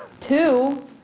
two